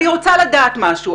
אני רוצה לדעת משהו.